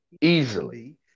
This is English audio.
Easily